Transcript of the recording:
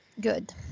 Good